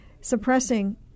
suppressing